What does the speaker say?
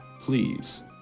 Please